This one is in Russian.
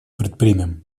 предпримем